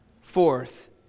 Fourth